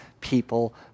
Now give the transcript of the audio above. people